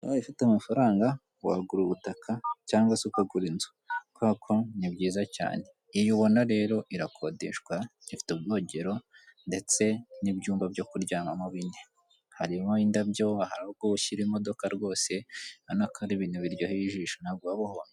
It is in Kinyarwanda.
Ubaye ufite amafaranga wagura ubutaka cyangwa se ukagura inzu kubera ko ni byiza cyane. Iyi ubona rero irakodeshwa ifite ubwogero ndetse n'ibyumba byo kuryamamo bine, harimo indabyo ahantu washyira imodoka rwose ubona ko ari ibintu biryoheye ijisho.